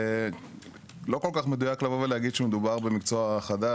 לא כל כך מדויק להגיד שמדובר במקצוע חדש.